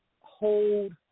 hold